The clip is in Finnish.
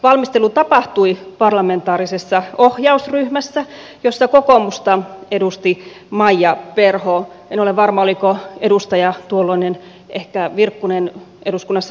valmistelu tapahtui parlamentaarisessa ohjausryhmässä jossa kokoomusta edusti maija perho en ole varma oliko edustaja virkkunen tuolloin ehkä eduskunnassa laisinkaan